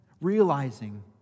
realizing